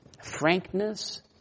frankness